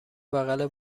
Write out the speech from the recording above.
بغل